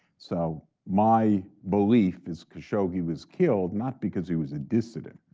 so my belief is khashoggi was killed not because he was a dissident,